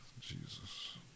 Jesus